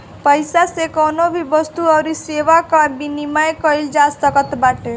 पईसा से कवनो भी वस्तु अउरी सेवा कअ विनिमय कईल जा सकत बाटे